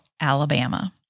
Alabama